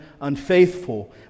unfaithful